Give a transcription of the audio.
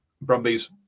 Brumbies